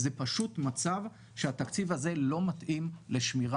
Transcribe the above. רק כדי לסבר